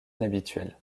inhabituel